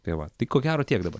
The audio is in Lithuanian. tai va tai ko gero tiek dabar